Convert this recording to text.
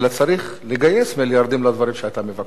אלא צריך לגייס מיליארדים לדברים שאתה מבקש.